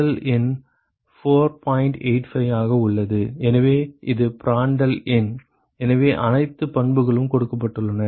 85 ஆக உள்ளது எனவே இது பிராண்டட்ல் எண் எனவே அனைத்து பண்புகளும் கொடுக்கப்பட்டுள்ளன